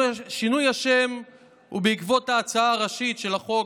שינוי השם הוא בעקבות ההצעה הראשית של החוק,